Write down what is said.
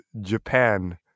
Japan